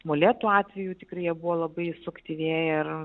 molėtų atveju tikrai jie buvo labai suaktyvėję ir